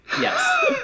Yes